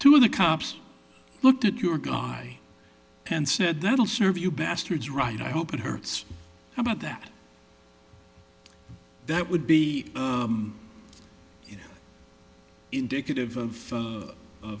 two of the cops looked at your guy and said that'll serve you bastards right i hope it hurts about that that would be indicative of